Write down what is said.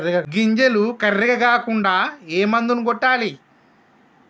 గింజలు కర్రెగ కాకుండా ఏ మందును కొట్టాలి?